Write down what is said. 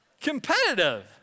competitive